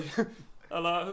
Hello